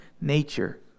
nature